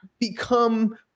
become